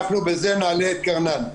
אנחנו בזה נעלה את קרנן.